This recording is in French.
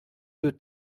deux